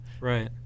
Right